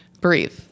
breathe